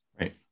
Right